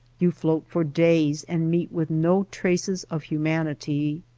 you float for days and meet with no traces of humanity.